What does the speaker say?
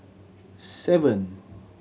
seven